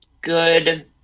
good